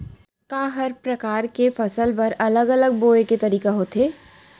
का हर प्रकार के फसल बर अलग अलग बोये के तरीका होथे?